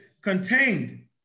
contained